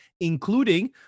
including